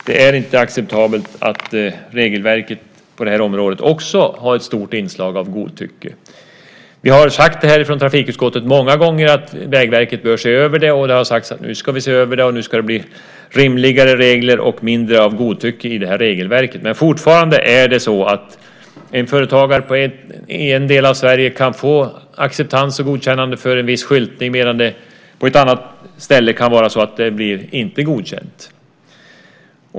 Det är inte acceptabelt att regelverket på området också har ett stort inslag av godtycke. Vi har från trafikutskottet många gånger sagt att Vägverket bör se över det. Man har sagt: Nu ska vi se över det. Det ska det bli rimligare regler och mindre av godtycke i regelverket. Men fortfarande kan en företagare i en del av Sverige få acceptans och godkännande för en viss skyltning medan det på ett annat ställe kan vara så att det inte blir godkänt.